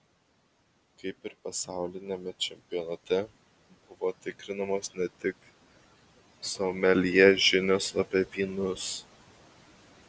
kaip ir pasauliniame čempionate buvo tikrinamos ne tik someljė žinios apie vynus